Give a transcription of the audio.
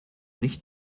nicht